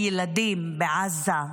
הילדים, בעזה,